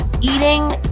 eating